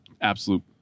absolute